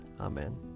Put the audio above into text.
Amen